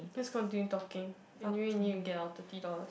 just continue talking anyway we need to get our thirty dollars